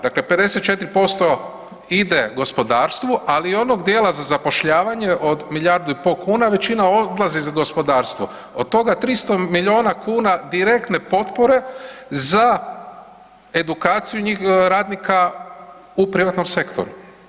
Dakle, 54% ide gospodarstvu ali onog dijela za zapošljavanje od milijardu i po kuna većina odlazi za gospodarstvo, od toga 300 miliona kuna direktne potpore za edukaciju radnika u privatnom sektoru.